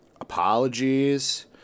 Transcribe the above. apologies